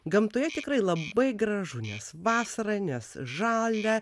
gamtoje tikrai labai gražu nes vasarą nes žalia